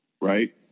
right